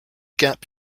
gap